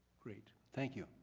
great. thank you.